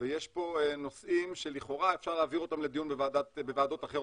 ויש פה נושאים שלכאורה אפשר להעביר אותם לדיון בוועדות אחרות,